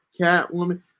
Catwoman